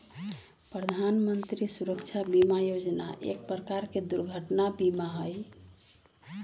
प्रधान मंत्री सुरक्षा बीमा योजना एक प्रकार के दुर्घटना बीमा हई